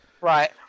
Right